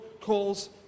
calls